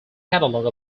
catalogue